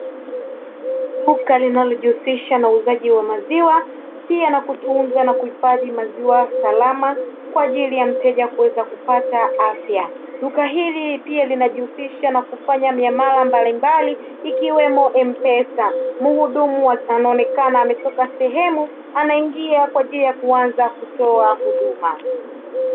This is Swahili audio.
Duka linalojihusisha na ujuzaji wa maziwa pia na kutunza na kuhifadhi maziwa salama kwajili ya mteja kuweza kupata afya, duka hili pia linakihusisha na kufanya miamala mbalimbali ikiwemo MPESA. Muhudumu anaonekana ametoka sehemu anaingia ya kuanza kutoa huduma.